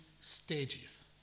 stages